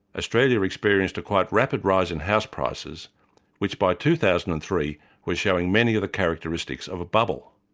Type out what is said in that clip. australia experienced a quite rapid rise in house prices which by two thousand and three were showing many of the characteristics of a bubble.